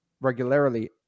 regularly